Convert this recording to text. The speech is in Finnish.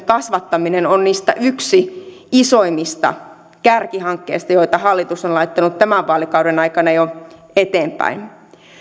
kasvattaminen on yksi isoimmista kärkihankkeista joita hallitus on laittanut tämän vaalikauden aikana jo eteenpäin